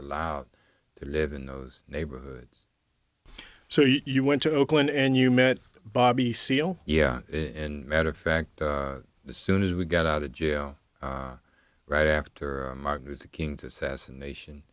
allowed to live in those neighborhoods so you went to oakland and you met bobby seale in matter of fact as soon as we got out of jail right after martin luther king's assassination